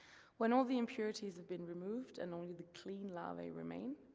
when all the impurities have been removed and only the clean larvae remain,